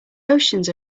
oceans